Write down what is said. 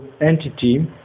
entity